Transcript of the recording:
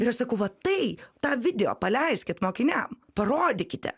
ir sakau va tai tą video paleiskit mokiniam parodykite